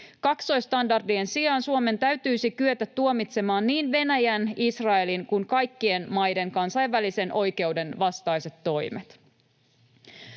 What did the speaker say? Kaksoisstandardien sijaan Suomen täytyisi kyetä tuomitsemaan niin Venäjän, Israelin kuin kaikkien maiden kansainvälisen oikeuden vastaiset toimet.